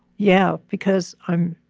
yeah. because i'm.